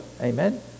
Amen